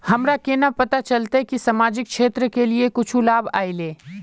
हमरा केना पता चलते की सामाजिक क्षेत्र के लिए कुछ लाभ आयले?